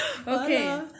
Okay